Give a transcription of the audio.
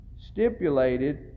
stipulated